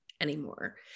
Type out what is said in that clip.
anymore